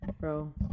Bro